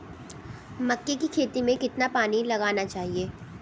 मक्के की खेती में कितना पानी लगाना चाहिए?